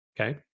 Okay